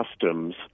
customs